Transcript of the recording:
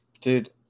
Dude